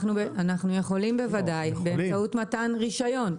אנחנו יכולים בוודאי באמצעות מתן רישיון.